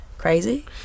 crazy